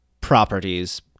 properties